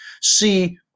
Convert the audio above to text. see